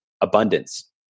abundance